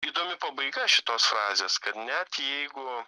įdomi pabaiga šitos frazės kad net jeigu